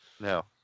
No